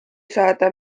saada